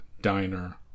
Diner